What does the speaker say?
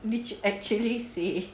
did you actually say